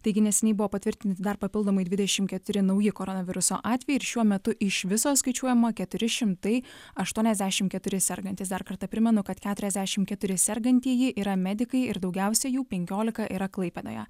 taigi neseniai buvo patvirtinti dar papildomai dvidešim keturi nauji koronaviruso atvejai ir šiuo metu iš viso skaičiuojama keturi šimtai aštuoniasdešim keturi sergantys dar kartą primenu kad keturiasdešim keturi sergantieji yra medikai ir daugiausia jų penkiolika yra klaipėdoje